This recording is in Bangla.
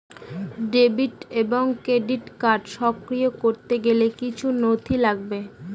ডেবিট এবং ক্রেডিট কার্ড সক্রিয় করতে গেলে কিছু নথি লাগবে?